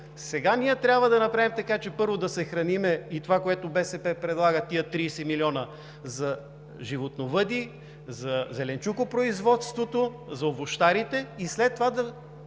сега ние трябва да направим така, че първо да съхраним – БСП предлага тези 30 милиона за животновъди, за зеленчукопроизводството, за овощарите, и след това да